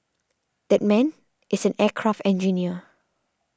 that man is an aircraft engineer